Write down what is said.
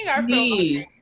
please